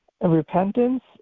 repentance